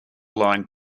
line